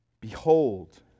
Behold